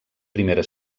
primera